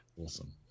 Awesome